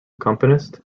accompanist